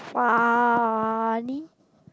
funny